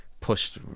pushed